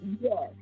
Yes